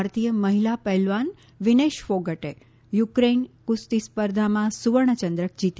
ભારતીય મહિલા પહેલવાન વિનેશ ફોગટે યુક્રેઈન ક્સ્તી સ્પર્ધામાં સુવર્ણચંદ્રક જીતી